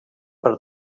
per